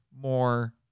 more